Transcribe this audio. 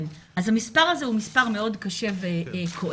המספר הזה הוא מספר מאוד קשה וכואב.